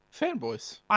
fanboys